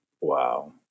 Wow